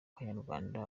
kanyarwanda